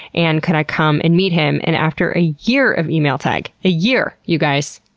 and could i come and meet him and after a year of email tag a year, you guys!